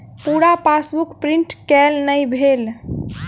पूरा passbook print केल नहि भेल